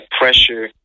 pressure